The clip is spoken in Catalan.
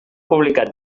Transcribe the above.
publicat